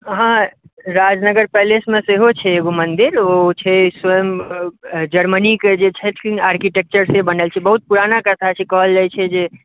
अहाँ राजनगर पैलेस मे सेहो छै एगो मन्दिर ओ छै स्वयं जर्मनी के जे छथिन आर्किटेकचेर से बनेलखिन बहुत पुराना कला छै कहल जाइ छै जे